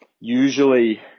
usually